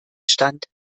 stand